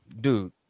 dude